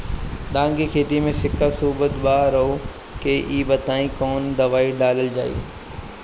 धान के खेती में सिक्का सुखत बा रउआ के ई बताईं कवन दवाइ डालल जाई?